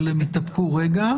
אבל הם יתאפקו רגע.